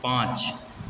पाँच